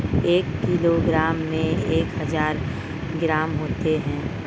एक किलोग्राम में एक हजार ग्राम होते हैं